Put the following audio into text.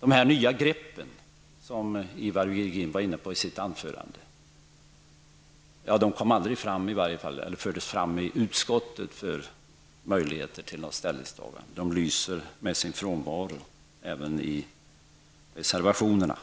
De nya greppen, som Ivar Virgin var inne på i sitt anförande, fördes i varje fall aldrig fram i utskottet, så att det blev möjligt att ta ställning till dem där. De lyser med sin frånvaro, även i reservationerna.